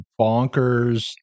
bonkers